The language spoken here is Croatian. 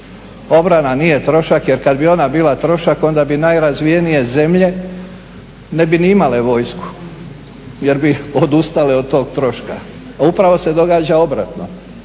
Obrana trošak jer kad bi ona bila trošak onda bi najrazvijenije zemlje, ne bi ni imale vojsku jer bi odustale od tog troška. Upravo se događa obratno,